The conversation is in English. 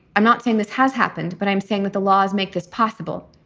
i'm not saying this has happened, but i'm saying that the laws make this possible,